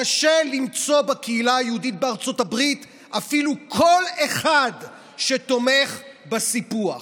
קשה למצוא בקהילה היהודית בארצות הברית אפילו קול אחד שתומך בסיפוח.